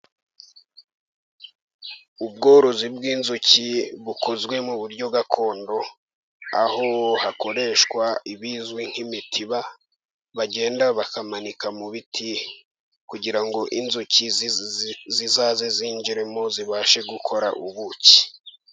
Ubworozi bw'inzuki bukozwe mu buryo gakondo, aho hakoreshwa ibizwi nk'imitiba bagenda bakamanika mu biti, kugira ngo inzuki zizaze zinjiremo zibashe gukora ubuki.